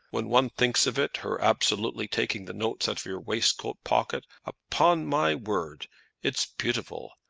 when one thinks of it, her absolutely taking the notes out of your waistcoat-pocket, upon my word it's beautiful!